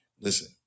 Listen